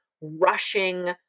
rushing